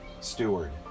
steward